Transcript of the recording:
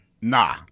Nah